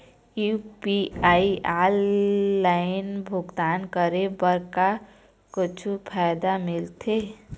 UPI online भुगतान करे बर का कुछू फायदा मिलथे?